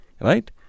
right